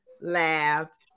laughed